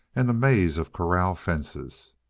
and the maze of corral fences.